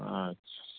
আচ্ছা